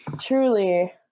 Truly